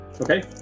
Okay